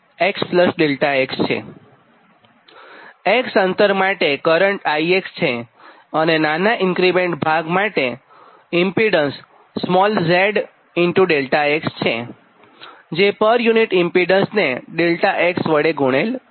x અંતર માટે current I છે અને નાના ઇન્ક્રીમેન્ટલ ભાગ માટે ઇમ્પીડન્સ z ∆x છે જે પર યુનિટ ઇમ્પીડન્સને ∆x વડે ગુણેલ છે